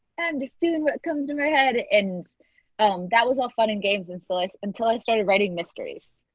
i'm just doing what comes to my head! and um that was all fun and games and so until i started writing mysteries.